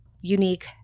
unique –